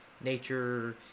nature